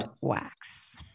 Wax